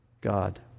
God